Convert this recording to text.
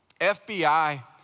FBI